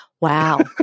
Wow